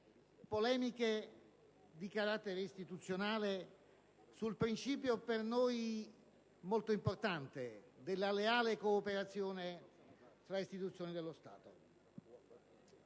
polemiche di carattere istituzionale sul principio, per noi molto importante, della leale cooperazione tra istituzioni dello Stato.